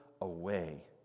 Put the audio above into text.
away